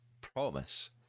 promise